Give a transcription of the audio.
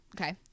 okay